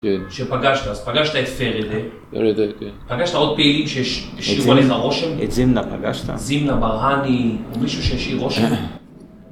כשפגשת אז פגשת את פרדה, פגשת עוד פעילים שהשאירו עליהם את רושם, את זימנה פגשת, זימנה בר-הני ומישהו שהשאיר רושם